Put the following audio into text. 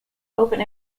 open